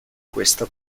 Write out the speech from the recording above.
questa